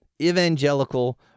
evangelical